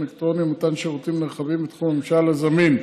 אלקטרוני ומתן שירותים נרחבים בתחום הממשל הזמין.